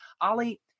Ali